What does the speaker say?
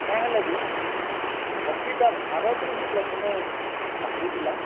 କାଁ ହେଲା ଯେ ଏ ହକିଟା ଭାରତ୍ ରୁ ହିଁ ପ୍ରଥମେ ବାହାରି ଥିଲା